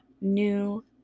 new